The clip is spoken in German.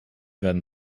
werden